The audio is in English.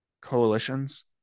coalitions